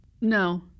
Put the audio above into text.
No